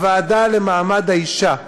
הוועדה למעמד האישה,